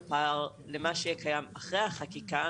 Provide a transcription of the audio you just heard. למה שקיים אחרי החקיקה,